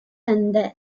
தந்த